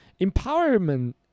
Empowerment